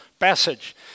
Passage